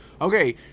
Okay